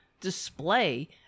display